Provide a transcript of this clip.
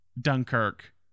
dunkirk